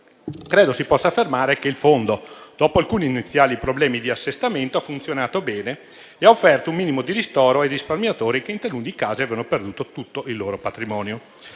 Credo si possa affermare che il Fondo, dopo alcuni iniziali problemi di assestamento, ha funzionato bene e ha offerto un minimo di ristoro ai risparmiatori che, in taluni casi, avevano perduto tutto il loro patrimonio.